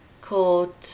called